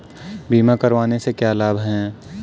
बीमा करवाने के क्या क्या लाभ हैं?